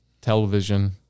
television